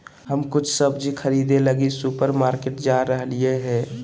हम कुछ सब्जि खरीदे लगी सुपरमार्केट जा रहलियो हें